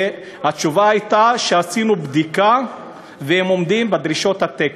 התשובה הייתה: עשינו בדיקה והוא עומד בדרישות התקן.